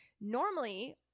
Normally